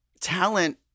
talent